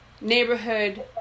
Neighborhood